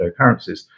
cryptocurrencies